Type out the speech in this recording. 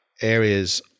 areas